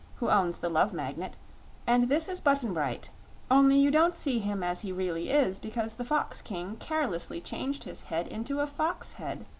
who owns the love magnet and this is button-bright only you don't see him as he really is because the fox-king carelessly changed his head into a fox head.